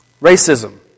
Racism